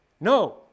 No